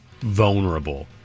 vulnerable